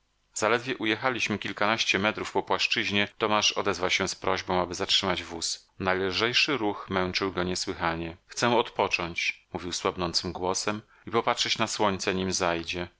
zaledwie ujechaliśmy kilkanaście metrów po płaszczyźnie tomasz odezwał się z prośbą aby zatrzymać wóz najlżejszy ruch męczył go niesłychanie chcę odpocząć mówił słabnącym głosem i popatrzeć na słońce nim zajdzie